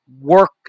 work